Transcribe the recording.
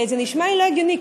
וזה נשמע לי לא הגיוני.